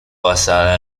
basada